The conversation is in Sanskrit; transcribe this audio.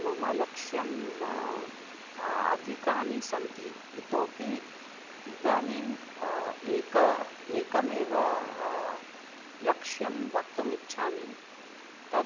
मम लक्ष्यम् अधिकानि सन्ति इतोऽपि इदानीम् एकम् एकमेव लक्ष्यं वक्तुम् इच्छामि तद्